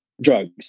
drugs